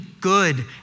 good